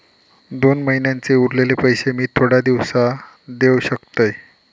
दोन महिन्यांचे उरलेले पैशे मी थोड्या दिवसा देव शकतय?